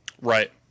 right